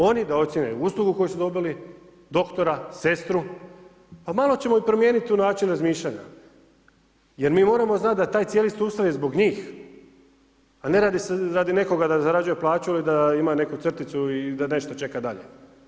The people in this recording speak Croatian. Oni da ocjene uslugu koju su dobili, doktora, sestru pa malo ćemo promijeniti tu način razmišljanja jer moramo znat da taj cijeli sustav je zbog njih a ne radi nekoga da zarađuje plaću ili da ima neku crticu i da nešto čeka dalje.